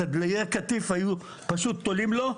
את דליי הקטיף היו פשוט תולים לו,